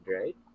right